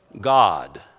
God